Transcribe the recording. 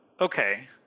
okay